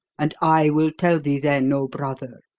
and i will tell thee then, oh, brother.